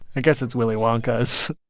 i guess it's willy wonka's.